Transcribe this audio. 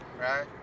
right